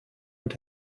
und